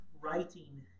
writing